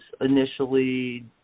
initially